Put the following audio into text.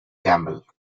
gamble